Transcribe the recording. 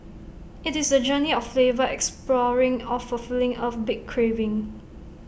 IT is the journey of flavor exploring or fulfilling A big craving